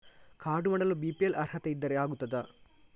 Card ಮಾಡಲು BPL ಅರ್ಹತೆ ಇದ್ದರೆ ಆಗುತ್ತದ?